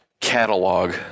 catalog